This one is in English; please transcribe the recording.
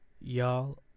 Y'all